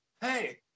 Hey